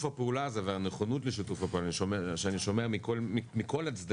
הפעולה הזה והנכונות לשיתוף הפעולה שאני שומע מכל הצדדים